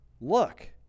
look